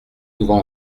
souvent